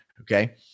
okay